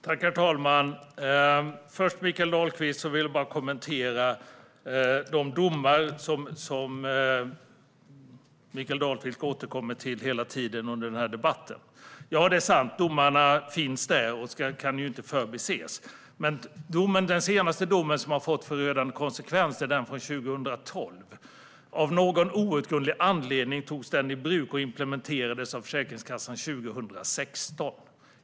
Herr talman! Först vill jag bara kommentera de domar som Mikael Dahlqvist har återkommit till under hela den här debatten. Det är sant att domarna finns där. De kan inte förbises. Men den senaste dom som har fått förödande konsekvenser är från 2012. Av någon outgrundlig anledning implementerades den av Försäkringskassan först 2016.